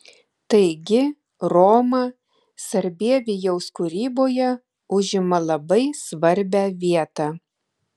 taigi roma sarbievijaus kūryboje užima labai svarbią vietą